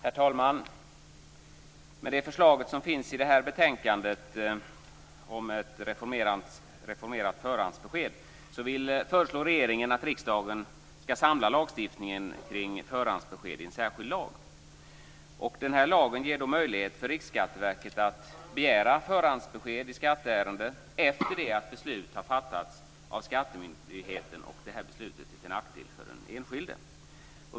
Herr talman! Med det förslag som finns i betänkandet om ett reformerat förhandsbesked föreslår regeringen att riksdagen skall samla lagstiftningen kring förhandsbesked i en särskild lag. Denna lag ger möjlighet för Riksskatteverket att begära förhandsbesked i skatteärenden efter det att ett beslut som är till nackdel för den enskilde har fattats av skattemyndigheten.